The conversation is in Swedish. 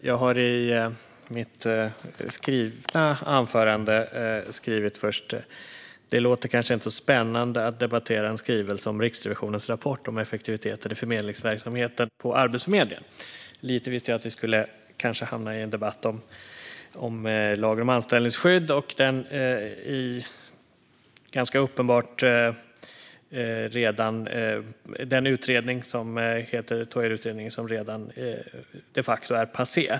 Herr talman! Jag har först i mitt anförandemanus skrivit: Det låter kanske inte så spännande att debattera en skrivelse om Riksrevisionens rapport om effektiviteten i förmedlingsverksamheten på Arbetsförmedlingen. Jag visste att vi kanske skulle hamna i en debatt om lagen om anställningsskydd och Toijerutredningen, som de facto redan är passé.